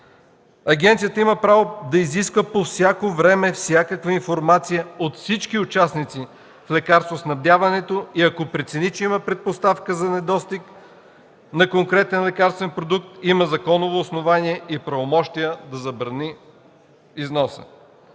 Агенцията има право да изисква по всяко време всякаква информация от всички участници в лекарствоснабдяването и ако прецени, че има предпоставка за недостиг на конкретен лекарствен продукт, има законово основание и правомощия да забрани износа.